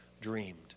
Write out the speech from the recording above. dreamed